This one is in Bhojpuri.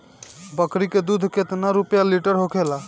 बकड़ी के दूध केतना रुपया लीटर होखेला?